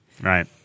Right